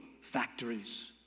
factories